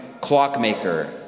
clockmaker